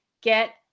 get